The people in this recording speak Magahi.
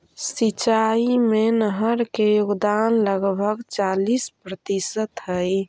सिंचाई में नहर के योगदान लगभग चालीस प्रतिशत हई